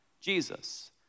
Jesus